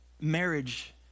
marriage